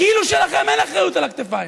כאילו שלכם אין אחריות על הכתפיים.